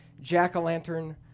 jack-o'-lantern